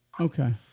Okay